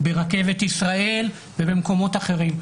ברכבת ישראל ובמקומות אחרים.